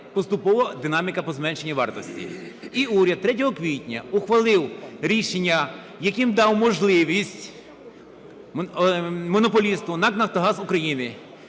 поступово динаміка по зменшенню вартості, і уряд 3 квітня ухвалив рішення, яким дав можливість монополісту НАК "Нафтогаз України"